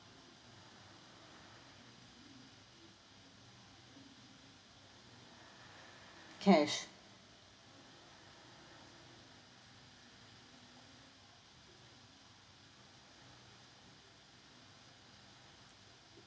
cash